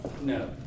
No